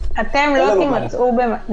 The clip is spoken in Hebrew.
אין לנו מענה.